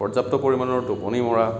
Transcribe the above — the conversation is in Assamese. পৰ্য্যাপ্ত পৰিমাণৰ টোপনি মৰা